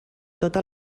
tota